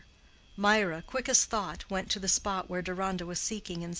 mirah, quick as thought, went to the spot where deronda was seeking, and said,